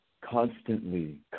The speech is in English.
constantly